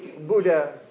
Buddha